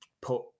put